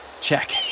check